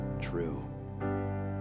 true